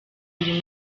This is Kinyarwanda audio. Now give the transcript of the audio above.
bibiri